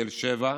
תל שבע,